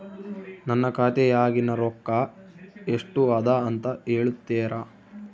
ನನ್ನ ಖಾತೆಯಾಗಿನ ರೊಕ್ಕ ಎಷ್ಟು ಅದಾ ಅಂತಾ ಹೇಳುತ್ತೇರಾ?